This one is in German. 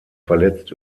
verletzt